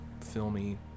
filmy